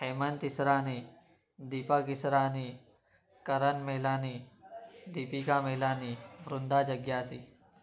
Hemant Israni Deepak Israni Karan Milani Deepika Milani Vrinda जग्यासी